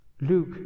Luke